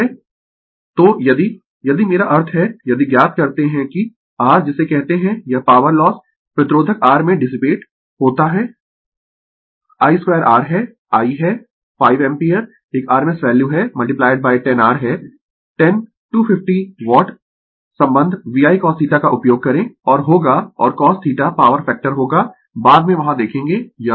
तो यदि यदि मेरा अर्थ है यदि ज्ञात करते है कि r जिसे कहते है यह पॉवर लॉस प्रतिरोधक R में डिसिपिएट होता है I 2 R है I है 5 एम्पीयर एक rms वैल्यू है 10R है 10 250 वाट संबंध VI cosθ का उपयोग करें और होगा और cosθ पॉवर फैक्टर होगा बाद में वहाँ देखेंगें यह है